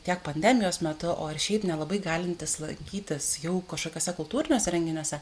tiek pandemijos metu o ir šiaip nelabai galintys laikytis jau kažkokiuose kultūriniuose renginiuose